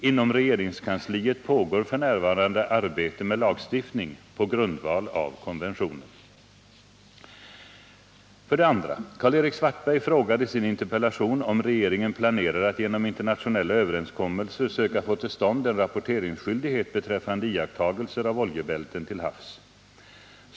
Inom regeringskansliet pågår f.n. arbete med lagstiftning på grundval av konventionen. 2. Karl-Erik Svartberg frågar i sin interpellation om regeringen planerar att genom internationella överenskommelser söka få till stånd en rapporteringsskyldighet beträffande iakttagelser av oljebälten till havs.